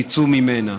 תצאו ממנה.